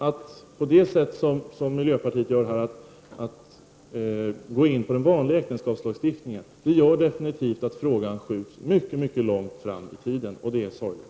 Att som miljöpartiet gör gå in på den vanliga äktenskapslagstiftningen gör definitivt att frågan skjuts mycket långt framåt i tiden, och det är sorgligt.